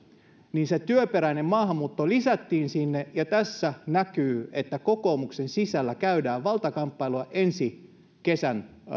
niin se työperäinen maahanmuutto lisättiin sinne ja tässä näkyy että kokoomuksen sisällä käydään valtakamppailua ensi kesän